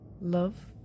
love